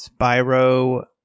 Spyro